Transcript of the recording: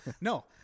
No